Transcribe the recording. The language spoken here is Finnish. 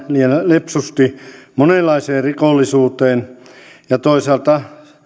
lepsusti monenlaiseen rikollisuuteen ja toisaalta